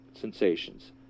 sensations